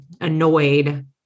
annoyed